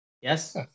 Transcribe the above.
Yes